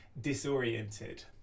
disoriented